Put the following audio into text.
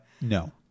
no